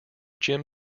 jim